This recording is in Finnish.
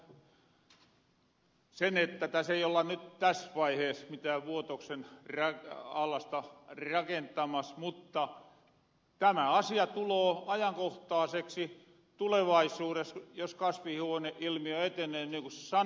pulliaaselle sen että täs ei olla ny täs vaihees mitään vuotoksen allasta rakentamas mutta tämä asia tuloo ajankohtaaseksi tulevaisuudes jos kasvihuoneilmiö etenee niin ku sanotahan